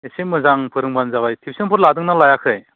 एसे मोजां फोरोंबानो जाबाय टिउसनफोर लादोंना लायाखै